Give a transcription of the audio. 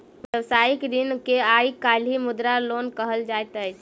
व्यवसायिक ऋण के आइ काल्हि मुद्रा लोन कहल जाइत अछि